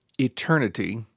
eternity